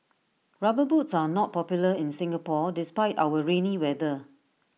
rubber boots are not popular in Singapore despite our rainy weather